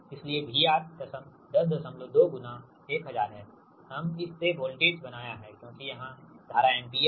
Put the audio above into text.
इसलिएVR 102 गुणा 1000 है हम इसे वोल्टेज बनाया है क्योंकि यहां धारा एम्पीयर है